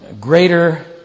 greater